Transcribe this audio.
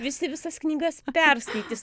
visi visas knygas perskaitys